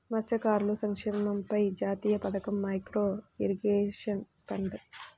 మత్స్యకారుల సంక్షేమంపై జాతీయ పథకం, మైక్రో ఇరిగేషన్ ఫండ్